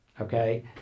okay